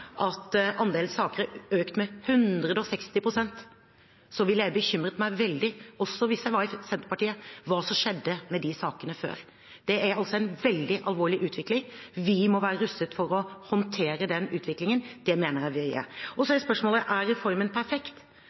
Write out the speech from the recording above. med 160 pst., ville jeg bekymret meg veldig over hva som skjedde med de sakene før – også hvis jeg var i Senterpartiet. Det er en veldig alvorlig utvikling, og vi må være rustet til å håndtere den utviklingen. Det mener jeg vi er. Så er spørsmålet: Er reformen perfekt?